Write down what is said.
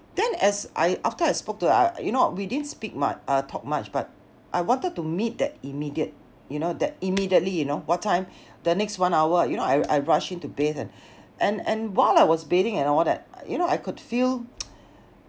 then as I after I spoke to her I you know we didn't speak much uh talk much but I wanted to meet that immediate you know that immediately you know what time the next one hour you know I I rush in to bath and and and while I was bathing and all that you know I could feel